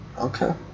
Okay